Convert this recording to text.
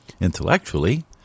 intellectually